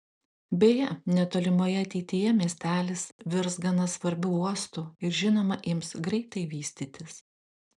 beje netolimoje ateityje miestelis virs gana svarbiu uostu ir žinoma ims greitai vystytis